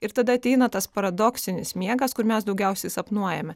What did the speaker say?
ir tada ateina tas paradoksinis miegas kur mes daugiausiai sapnuojame